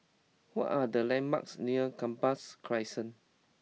what are the landmarks near Gambas Crescent